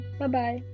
Bye-bye